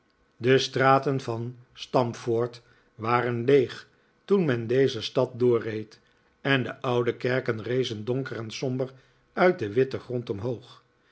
de straten van stamford waren leeg toen men deze stad doorreed en de oude kerken rezen donker en somber uit den witten grond omhoog